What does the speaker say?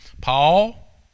Paul